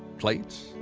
plates,